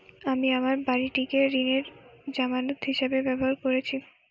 আমি আমার বাড়িটিকে ঋণের জামানত হিসাবে ব্যবহার করেছি